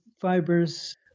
fibers